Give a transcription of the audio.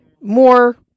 more